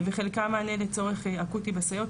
וחלקם מענה לצורך אקוטי בסייעות,